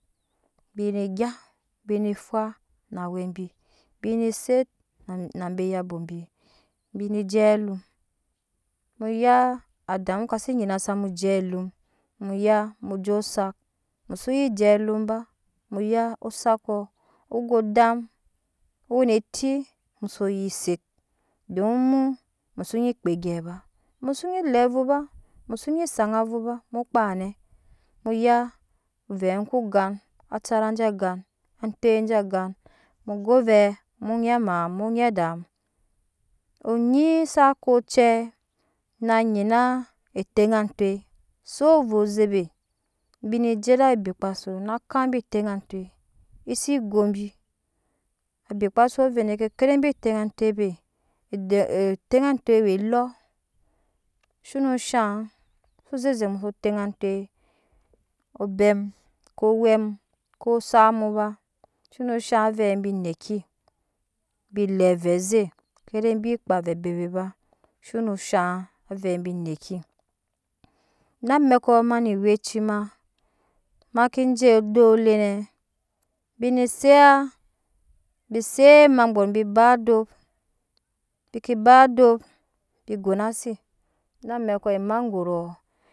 Bine gya bine fwa na awe bi bine set nabe yabo bi bine je alum muya ada mu kase nyina samu je alum muya mujo osak muse nyi je alumba muya ozakɔ ogo odam wene eti mu so set don mu muso nyi kpa egye ba muso nyi lɛavu ba muso nyi saŋaa avu ba mu kpanɛ muya ovɛɛ ko gan acara je gan atoi je gan mugo vɛɛ mu dɛɛ amam mu dɛɛ ada mu onyi sa koo ocie na nyia eteŋa atoi zo wo ovo azebe bine je ede awa ebi kpa su na kan bi teɲa atoi we elɔɔ zhoa zhaŋ so zeze muso teŋa atai be etaŋa atoi we elɔɔ zhono zhaŋ so zeze muso teŋa ati obɛmu ko owɛmu ko osak muba zhono shaŋ aveɛ bi neki bi lɛ avɛ ze kede bi neki na amɛkɔ ma ne eweci ma make je odop lenɛ bine zeya bise emagboro b ba odop bike zeya bise emaboro bi ba odop bike zeya bise emagboo bi ba odo bike ba odop bi gona ci na mekɔ emagbor